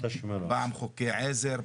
פעם חוקי עזר,